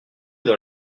dans